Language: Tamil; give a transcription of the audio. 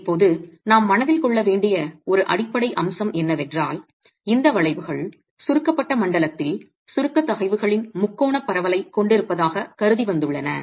இப்போது நாம் மனதில் கொள்ள வேண்டிய ஒரு அடிப்படை அம்சம் என்னவென்றால் இந்த வளைவுகள் சுருக்கப்பட்ட மண்டலத்தில் சுருக்கத் தகைவுகளின் முக்கோணப் பரவலைக் கொண்டிருப்பதாகக் கருதி வந்துள்ளன